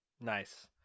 Nice